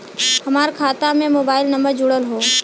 हमार खाता में मोबाइल नम्बर जुड़ल हो?